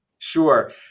Sure